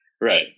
Right